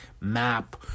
map